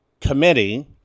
committee